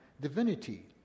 divinity